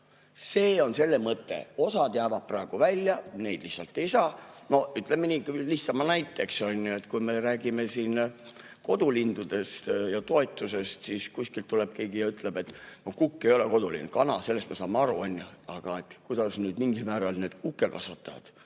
See on eelnõu mõte. Osa jääb praegu välja, need lihtsalt ei saa. No, ütleme nii, ma toon lihtsama näite. Kui me räägime siin kodulindudest ja toetusest, siis kuskilt tuleb keegi ja ütleb, et kukk ei ole oluline, kana on. Sellest me saame aru, aga kuidas mingil määral need kukekasvatajad